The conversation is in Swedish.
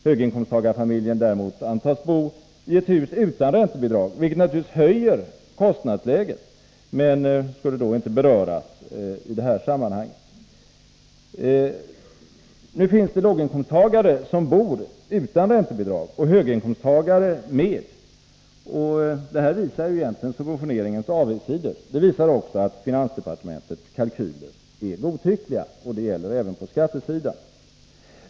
Höginkomsttagarfamiljen däremot antas bo i ett hus utan räntebidrag — vilket naturligtvis höjer kostnadsläget — men skulle därigenom inte beröras i detta sammanhang. Nu finns det låginkomsttagare som bor utan räntebidrag och höginkomsttagare som bor med räntebidrag. Detta visar egentligen subventioneringens avigsidor. Det visar också att finansdepartementets kalkyler är godtyckliga. Det gäller även på skattesidan.